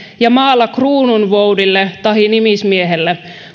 ja maalla kruununvoudille tahi nimismiehelle